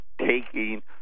taking